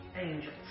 Angels